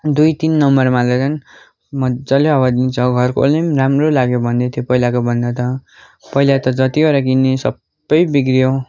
दुई तिन नम्बरमा हाल्दा झन् मज्जाले हावा दिन्छ घरकोले पनि राम्रो लाग्यो भन्दैथियो पहिलाको भन्दा त पहिला त जतिवटा किनेँ सबै बिग्रियो